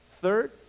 Third